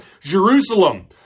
Jerusalem